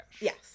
Yes